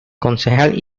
concejal